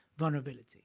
vulnerability